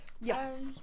Yes